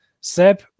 Seb